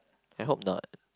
I hope not